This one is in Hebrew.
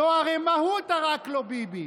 זו הרי מהות ה"רק לא ביבי".